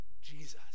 Jesus